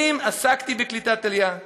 שנים עסקתי בקליטת עלייה.